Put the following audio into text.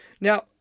Now